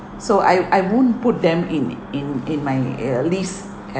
so I I won't put them in in in my err list